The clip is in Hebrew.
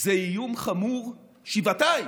זה איום חמור שבעתיים,